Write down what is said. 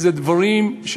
זה דברים,